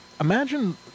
Imagine